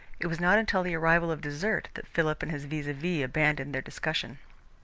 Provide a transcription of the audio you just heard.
it was not until the arrival of dessert that philip and his vis-a-vis abandoned their discussion.